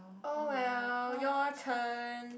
oh well your turn